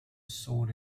sword